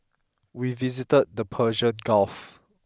we visited the Persian Gulf